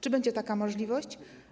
Czy będzie taka możliwość?